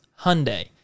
Hyundai